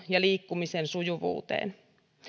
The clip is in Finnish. ja liikkumisen sujuvuudessa